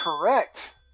correct